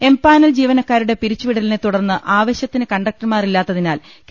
empanel ജീവനക്കാരുടെ പിരിച്ചുവിടലിനെ തുടർന്ന് ആവ ശൃത്തിന് കണ്ടക്ടർമാരില്ലാത്തതിനാൽ കെ